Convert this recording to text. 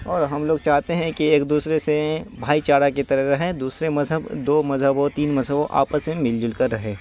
اور ہم لوگ چاہتے ہیں کہ ایک دوسرے سے بھائی چارہ کی طرح رہیں دوسرے مذہب دو مذہب اور تین مذہب ہو آپس میں مل جل کر رہے